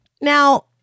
Now